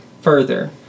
further